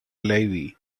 levy